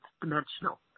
dimensional